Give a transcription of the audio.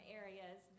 areas